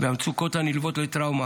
והמצוקות הנלוות לטראומה,